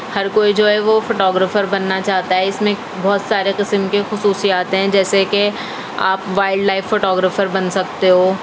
ہر کوئی جو ہے وہ فوٹو گرافر بننا چاہتا ہے اِس میں بہت سارے قسم کے خصوصیات ہیں جیسے کہ آپ وائلڈ لائف فوٹو گرافر بن سکتے ہو